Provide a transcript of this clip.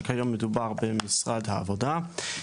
וכיום מדובר במשרד העבודה,